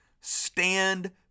stand